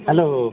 hello